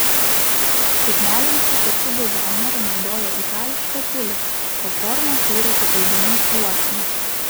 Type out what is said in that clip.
suknelėms sukurti dizainerė naudojo itališką tiulį o formą kūrė tik audinių sluoksniais